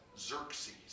Xerxes